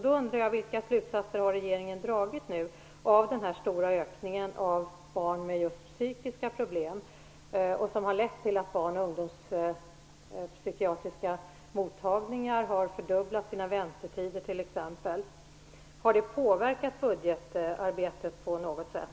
Då undrar jag: Vilka slutsatser har regeringen dragit av den stora ökningen av barn med psykiska problem? Detta har bl.a. lett till att barn och ungdomspsykiatriska mottagningar har fördubblat väntetiderna. Har detta påverkat budgetarbetet på något sätt?